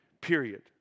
period